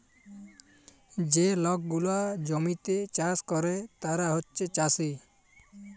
যে লক গুলা জমিতে চাষ ক্যরে তারা হছে চাষী